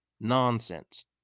nonsense